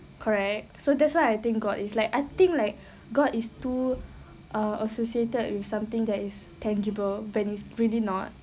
correct so that's why I think god is like I think like god is too uh associated with something that is tangible when it's really not